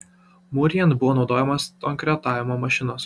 mūrijant buvo naudojamos torkretavimo mašinos